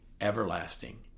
everlasting